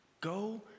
Go